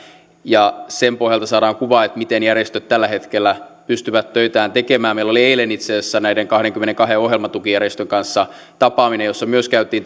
ja sen pohjalta saadaan kuva miten järjestöt tällä hetkellä pystyvät töitään tekemään meillä oli eilen itse asiassa näiden kahdenkymmenenkahden ohjelmatukijärjestön kanssa tapaaminen jossa myös käytiin